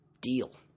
deal